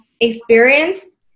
experience